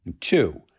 Two